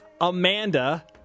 Amanda